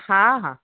हा हा